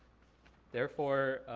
therefore,